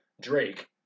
Drake